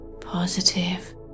positive